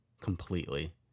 Completely